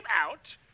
out